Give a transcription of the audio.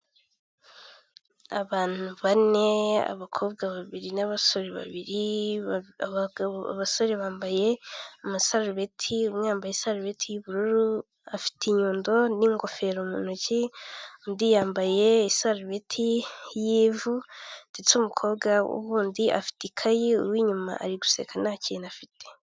Abantu bane abakobwa babiri n'abasore babiri, ababasore bambaye amasarubeti umwe yambaye isarubeti y'ubururu afite inyundo n'ingofero mu ntoki, undi yambaye isarubeti y'ivu ndetse umukobwa wundi afite ikayi uw'inyuma ari guseka nta kintu afite.